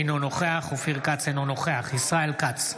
אינו נוכח ישראל כץ,